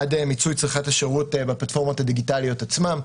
עד מיצוי צריכת השירות בפלטפורמות הדיגיטליות עצמן.